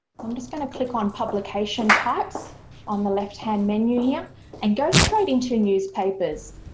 so i'm just going to click on publication types on the left hand menu here and go straight into newspapers.